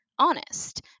honest